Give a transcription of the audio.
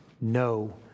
No